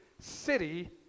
city